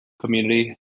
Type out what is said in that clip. community